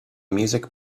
music